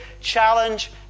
challenge